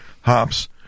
hops